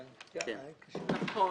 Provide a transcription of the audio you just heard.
נכון.